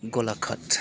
Golaghat